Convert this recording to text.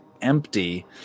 empty